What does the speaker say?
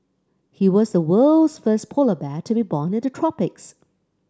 he was the world's first polar bear to be born in the tropics